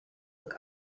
look